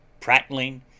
prattling